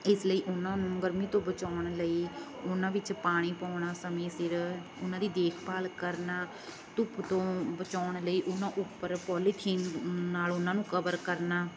ਇਸ ਲਈ ਉਹਨਾਂ ਨੂੰ ਗਰਮੀ ਤੋਂ ਬਚਾਉਣ ਲਈ ਉਹਨਾਂ ਵਿੱਚ ਪਾਣੀ ਪਾਉਣਾ ਸਮੇਂ ਸਿਰ ਉਹਨਾਂ ਦੀ ਦੇਖਭਾਲ ਕਰਨਾ ਧੁੱਪ ਤੋਂ ਬਚਾਉਣ ਲਈ ਉਹਨਾਂ ਉੱਪਰ ਪੋਲੀਥੀਨ ਨਾਲ ਉਹਨਾਂ ਨੂੰ ਕਵਰ ਕਰਨਾ